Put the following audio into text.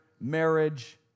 marriage